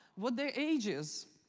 what their age is,